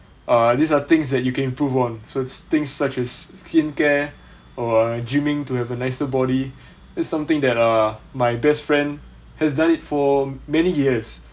uh these are things that you can improve on so it's things such as skincare or gymming to have a nicer body is something that err my best friend has done it for many years